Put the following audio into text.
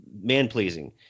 man-pleasing